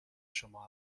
شما